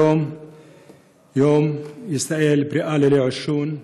היום יום ישראל בריאה ללא עישון,